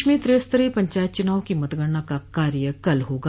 प्रदेश में त्रिस्तरीय पंचायत चुनाव की मतगणना का कार्य कल होगा